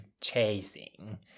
Chasing